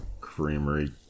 Creamery